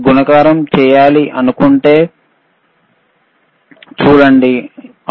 అప్పుడు నేను ఈ ఆపరేషన్ ని ఉపయోగించి దీనిని గమనించవచ్చు